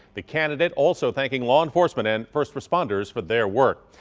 the candidate, also thanking law enforcement and first responders for their work.